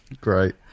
Great